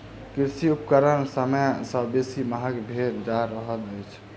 कृषि उपकरण समय के संग बेसी महग भेल जा रहल अछि